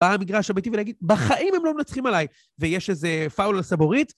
במגרש הביתי ולהגיד "בחיים הם לא מנצחים עליי" ויש איזה פאול על סאבוריט...